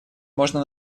можно